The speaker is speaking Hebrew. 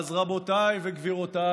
אז רבותיי וגבירותיי,